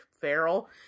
feral